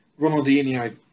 Ronaldinho